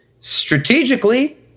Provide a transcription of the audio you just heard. strategically